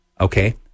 okay